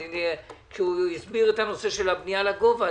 כשהוא הסביר את הנושא של הבנייה לגובה,